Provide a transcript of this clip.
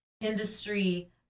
industry